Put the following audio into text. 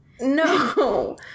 No